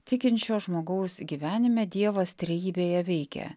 tikinčio žmogaus gyvenime dievas trejybėje veikia